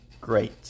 great